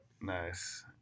Nice